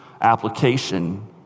application